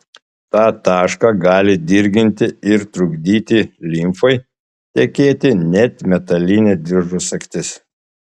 tą tašką gali dirginti ir trukdyti limfai tekėti net metalinė diržo sagtis